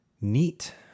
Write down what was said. neat